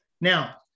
Now